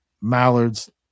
Mallard's